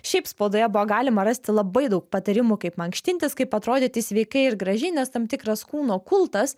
šiaip spaudoje buvo galima rasti labai daug patarimų kaip mankštintis kaip atrodyti sveikai ir gražiai nes tam tikras kūno kultas